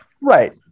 Right